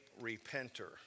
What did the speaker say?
repenter